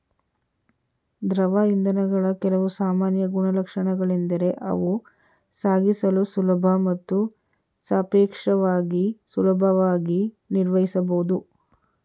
ದ್ರವ ಇಂಧನಗಳ ಕೆಲವು ಸಾಮಾನ್ಯ ಗುಣಲಕ್ಷಣಗಳೆಂದರೆ ಅವು ಸಾಗಿಸಲು ಸುಲಭ ಮತ್ತು ಸಾಪೇಕ್ಷವಾಗಿ ಸುಲಭವಾಗಿ ನಿರ್ವಹಿಸಬಹುದು